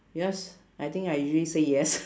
because I think I usually say yes